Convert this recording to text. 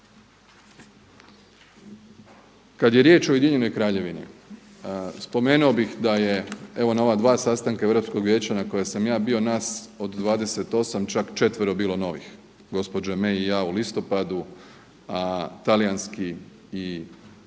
Kada je riječ o Ujedinjenoj Kraljevini, spomenuo bih da je evo na ova dva sastanka Europskog vijeća na koja sam ja bio, nas od 28 čak četvero bilo novih, gospođa … i ja u listopadu, a talijanski i